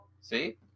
See